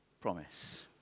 promise